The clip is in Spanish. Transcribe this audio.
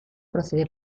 procede